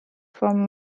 from